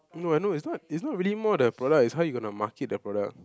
no I know it's not it's not really more the product it's how you gonna market the product